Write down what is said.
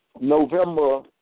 November